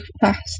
fast